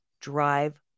drive